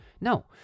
No